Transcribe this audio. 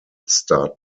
start